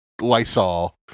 Lysol